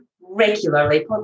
regularly